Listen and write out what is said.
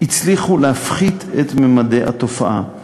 הצליחו להפחית את ממדי התופעה.